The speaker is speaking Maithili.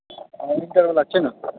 हँ इण्टरवला छै ने